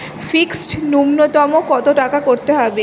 Fixed নুন্যতম কত টাকা করতে হবে?